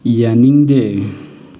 ꯌꯥꯅꯤꯡꯗꯦ